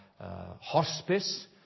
hospice